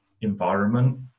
environment